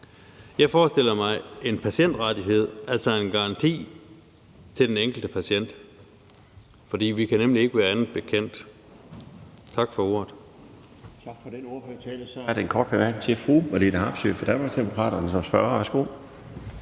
Jeg forestiller mig en patientrettighed for den enkelte patient, altså en garanti, for vi kan nemlig ikke være andet bekendt. Tak for ordet.